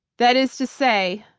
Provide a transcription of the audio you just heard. that is to say,